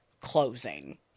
closing